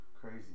crazy